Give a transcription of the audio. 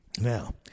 Now